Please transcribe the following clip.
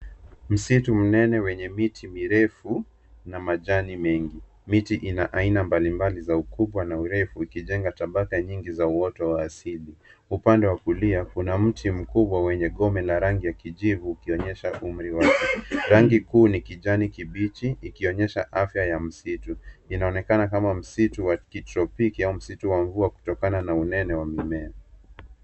Msitu mnene wenye miti mirefu na majani mengi. Miti ina aina mbalimbali za ukubwa na urefu ikijenga tabaka nyingi za uoto wa asili. Upande wa kulia kuna mti mkubwa wenye gome la rangi ya kijivu ikionyesha umri wake. Rangi kuu ni kijani kibichi ikionyesha afya ya msitu. Inaonekana kama msitu wa kitropiki au msitu wa mvua kutokana na unene wa mimea.